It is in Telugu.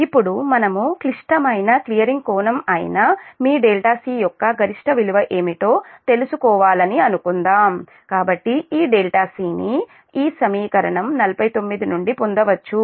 ఇప్పుడు మనము క్లిష్టమైన క్లియరింగ్ కోణం అయిన మీ c యొక్క గరిష్ట విలువ ఏమిటో తెలుసుకోవాలనుకుందాం కాబట్టి ఈc ని మీ సమీకరణం 49 నుండి పొందవచ్చు